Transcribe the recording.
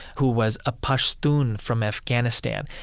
who was a pashtun from afghanistan,